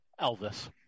Elvis